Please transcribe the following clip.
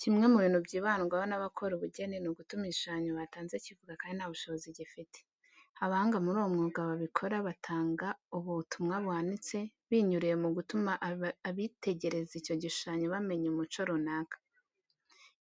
Kimwe mu bintu byibandwaho n'abakora ubugeni, ni ugutuma igishushanyo batanze kivuga kandi nta bushobozi gifite. Abahanga muri uwo mwuga babikora batanga ubumwa buhanitse, binyuriye mu gutuma abitegereza icyo igishushanyo bamenya umuco runaka.